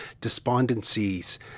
despondencies